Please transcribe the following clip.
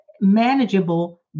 manageable